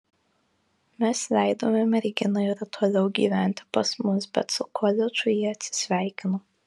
mes leidome merginai ir toliau gyventi pas mus bet su koledžu ji atsisveikino